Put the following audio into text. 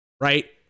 right